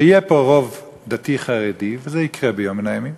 שיהיה פה רוב דתי-חרדי, וזה יקרה ביום מן הימים,